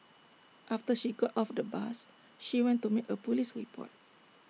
after she got off the bus she went to make A Police report